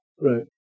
Right